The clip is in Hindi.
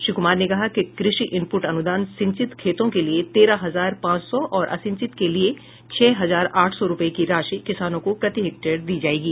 श्री क्मार ने कहा कि कृषि इनप्ट अन्दान सिंचित खेतों के लिए तेरह हजार पांच सौ और असिंचित के लिए छह हजार आठ सौ रूपये की राशि किसानों को प्रति हेक्टेयर दी जाएगी